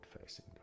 facing